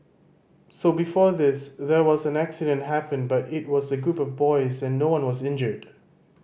so before this there was an accident happened but it was a group of boys and no one was injured